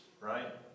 right